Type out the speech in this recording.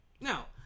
Now